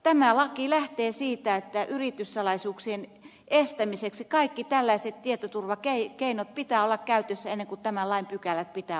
tämä laki lähtee siitä että yrityssalaisuuksien estämiseksi kaikki tällaiset tietoturvakeinot pitää olla käytössä ennen kuin tämän lain pykälät pitää ottaa käyttöön